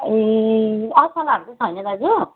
ए असलाहरू चाहिँ छैन दाजु